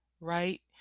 Right